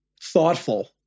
thoughtful